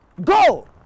Go